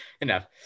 enough